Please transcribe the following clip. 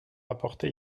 apporter